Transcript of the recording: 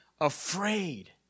afraid